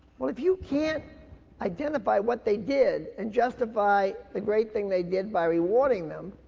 well if you can't identify what they did and justify the great thing they did by rewarding them,